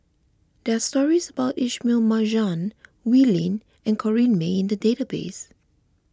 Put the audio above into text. there are stories about Ismail Marjan Wee Lin and Corrinne May in the database